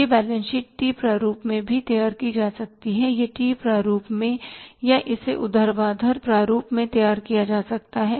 यह balance sheet T प्रारूप में भी तैयार की जा सकती है यह टी प्रारूप में या इसे ऊर्ध्वाधर प्रारूप में तैयार किया जा सकता है